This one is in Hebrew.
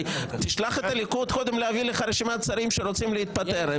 קודם תשלח את הליכוד להביא לך רשימת שרים שרוצים להתפטר.